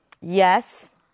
Yes